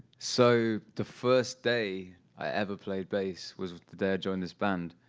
so the first day i ever played bass was the day i joined this band.